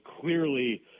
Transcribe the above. clearly